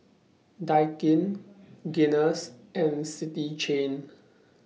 Daikin Guinness and City Chain